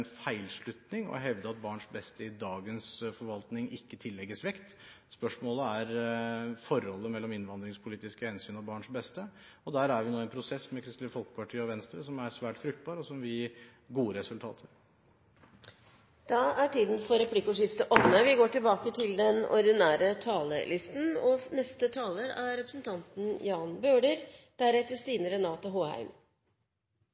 feilslutning å hevde at barns beste i dagens forvaltning ikke tillegges vekt. Spørsmålet er forholdet mellom innvandringspolitiske hensyn og barns beste, og der er vi nå i en prosess med Kristelig Folkeparti og Venstre som er svært fruktbar, og som vil gi gode resultater. Replikkordskiftet er omme. I diskusjonen om hvordan vi skal lykkes med integrering, om hvordan vi skal unngå at vi får det som er